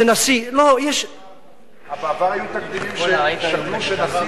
לא בהכרח יכול להיות.